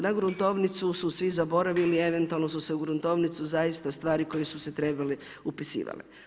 Na gruntovnicu su svi zaboravili, eventualno su se u gruntovnicu zaista stvari koje su se trebale upisivale.